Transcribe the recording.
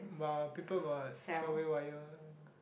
but people got throw away wire